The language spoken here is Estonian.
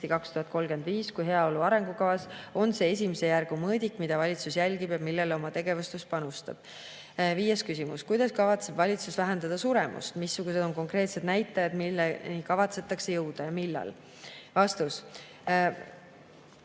2035" kui ka heaolu arengukavas on see esimese järgu mõõdik, mida valitsus jälgib ja millele oma tegevustes panustab. Viies küsimus: "Kuidas kavatseb valitsus vähendada suremust? Missugused on konkreetsed näitajad, milleni kavatsetakse jõuda? Millal?" Vastus.